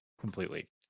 completely